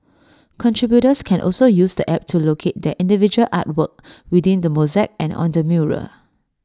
contributors can also use the app to locate their individual artwork within the mosaic and on the mural